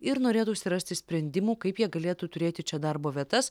ir norėtųsi rasti sprendimų kaip jie galėtų turėti čia darbo vietas